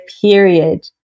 period